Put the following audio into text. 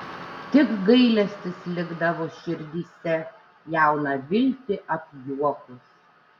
tik gailestis likdavo širdyse jauną viltį apjuokus